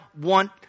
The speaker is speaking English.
want